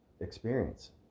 experience